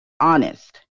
honest